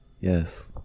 Yes